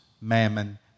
mammon